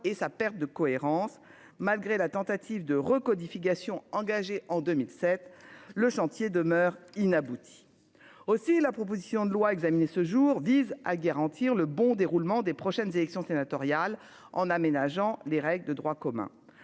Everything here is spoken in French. et sa perte de cohérence malgré la tentative de recodification, engagée en 2007, le chantier demeure inaboutie aussi la proposition de loi, examiné ce jour-disent à garantir le bon déroulement des prochaines élections sénatoriales en aménageant les règles de droit commun